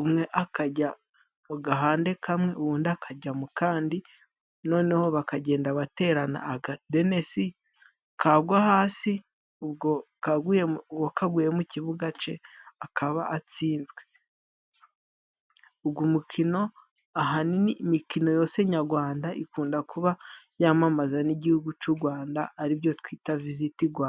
umwe akajya mu gahande kamwe undi akajya mu kandi, noneho bakagenda baterana akadenesi, kagwa hasi ubwo uwo kaguye mu kibuga cye akaba atsinzwe. Uyu mukino, ahanini imikino yose nyarwanda ikunda kuba yamamaza n'igihugu cy'u Rwanda, aribyo twita visiti Rwanda.